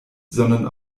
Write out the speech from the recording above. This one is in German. sondern